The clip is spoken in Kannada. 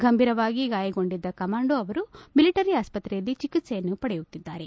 ಗಂಭೀರವಾಗಿ ಗಾಯಗೊಂಡಿದ್ದ ಕಮಾಂಡೋ ಅವರು ಮಿಲಿಟರಿ ಆಸ್ಪತ್ರೆಯಲ್ಲಿ ಚಿಕಿತ್ತೆಯನ್ನು ಪಡೆಯುತ್ತಿದ್ದಾರೆ